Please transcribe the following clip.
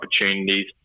opportunities